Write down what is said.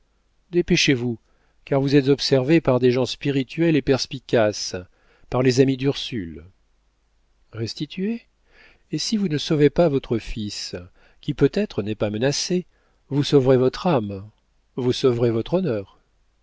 dépêchez-vous car vous êtes observé par des gens spirituels et perspicaces par les amis d'ursule restituez et si vous ne sauvez pas votre fils qui peut-être n'est pas menacé vous sauverez votre âme vous sauverez votre honneur